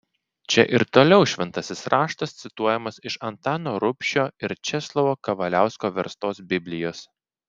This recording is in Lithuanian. čia ir toliau šventasis raštas cituojamas iš antano rubšio ir česlovo kavaliausko verstos biblijos